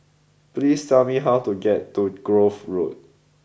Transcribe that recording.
please tell me how to get to Grove Road